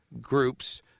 groups